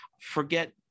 forget